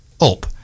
up